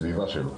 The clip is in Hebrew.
והסביבה שלו.